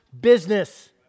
business